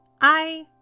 I